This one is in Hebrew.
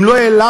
אם לא העלבת,